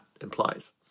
implies